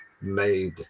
made